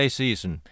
season